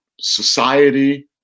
society